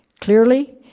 Clearly